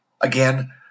again